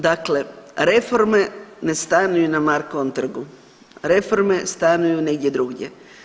Dakle, reforme ne stanuju na Markovom trgu, reforme stanuju negdje drugdje.